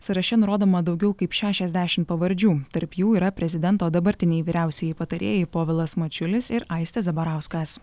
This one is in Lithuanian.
sąraše nurodoma daugiau kaip šešiasdešim pavardžių tarp jų yra prezidento dabartiniai vyriausieji patarėjai povilas mačiulis ir aistis zabarauskas